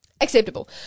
acceptable